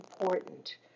important